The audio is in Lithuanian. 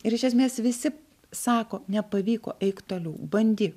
ir iš esmės visi sako nepavyko eik toliau bandyk